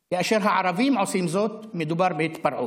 כאשר הערבים עושים זאת, מדובר בהתפרעות.